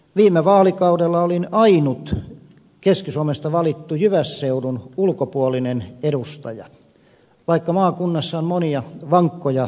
viime vaalikaudella olin ainut keski suomesta valittu jyvässeudun ulkopuolinen edustaja vaikka maakunnassa on monia vankkoja seutukuntia